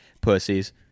pussies